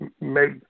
make